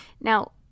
Now